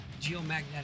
geomagnetic